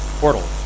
portal